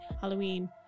halloween